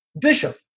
Bishop